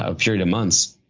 ah period of months.